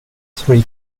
three